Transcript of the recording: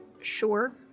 sure